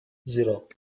zero